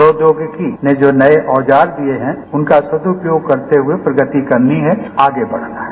प्रौद्योगिकी ने जो नए औजार दिए हैं उनका सदुपयोग करते हुए प्रगति करनी है आगे बढ़ना है